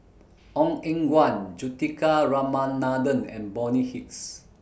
Ong Eng Guan Juthika Ramanathan and Bonny Hicks